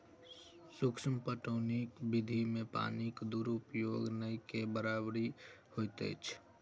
सूक्ष्म पटौनी विधि मे पानिक दुरूपयोग नै के बरोबरि होइत अछि